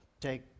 Take